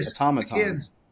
automatons